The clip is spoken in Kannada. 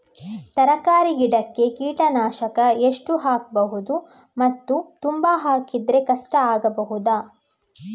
ತರಕಾರಿ ಗಿಡಕ್ಕೆ ಕೀಟನಾಶಕ ಎಷ್ಟು ಹಾಕ್ಬೋದು ಮತ್ತು ತುಂಬಾ ಹಾಕಿದ್ರೆ ಕಷ್ಟ ಆಗಬಹುದ?